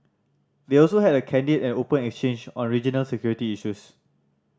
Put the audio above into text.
they also had a candid and open exchange on regional security issues